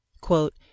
quote